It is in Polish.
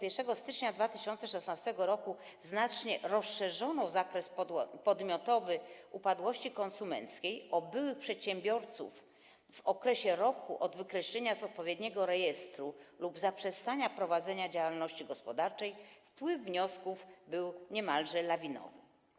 1 stycznia 2016 r. znacznie rozszerzono zakres podmiotowy upadłości konsumenckiej o byłych przedsiębiorców w okresie roku od wykreślenia z odpowiedniego rejestru lub zaprzestania prowadzenia działalności gospodarczej, wzrost wpływu wniosków był niemalże lawinowy.